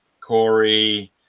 Corey